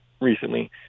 recently